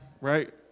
right